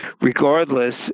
regardless